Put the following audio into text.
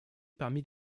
parmi